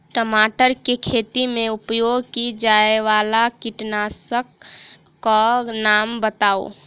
टमाटर केँ खेती मे उपयोग की जायवला कीटनासक कऽ नाम बताऊ?